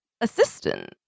assistant